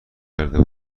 کرده